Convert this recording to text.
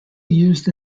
used